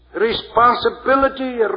responsibility